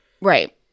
right